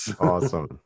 awesome